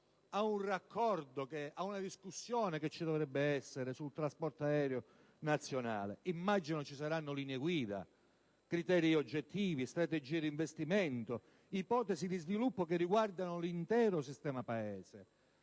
a una discussione sul trasporto aereo nazionale. Immagino ci saranno linee guida, criteri oggettivi, strategie di investimento, ipotesi di sviluppo che riguardano l'intero sistema Paese.